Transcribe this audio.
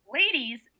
ladies